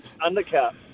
undercut